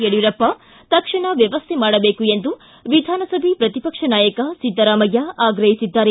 ಯಡಿಯೂರಪ್ಪ ಅವರು ತಕ್ಷಣ ವ್ಯವಸ್ಥೆ ಮಾಡಬೇಕು ಎಂದು ವಿಧಾನಸಭೆ ಪ್ರತಿಪಕ್ಷ ನಾಯಕ ಸಿದ್ದರಾಮಯ್ಯ ಆಗ್ರಹಿಸಿದ್ದಾರೆ